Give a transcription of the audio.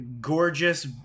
Gorgeous